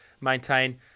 maintain